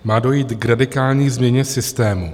Má dojít k radikální změně systému.